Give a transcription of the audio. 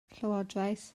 llywodraeth